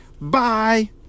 Bye